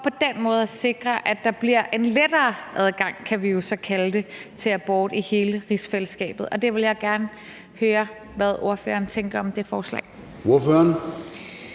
for på den måde at sikre, at der bliver en lettere adgang, kan vi jo så kalde det, til abort i hele rigsfællesskabet. Der vil jeg gerne høre, hvad ordføreren tænker om det forslag. Kl.